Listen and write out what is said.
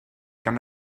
gan